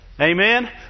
Amen